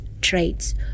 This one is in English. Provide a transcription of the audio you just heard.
traits